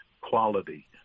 quality